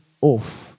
off